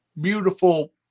beautiful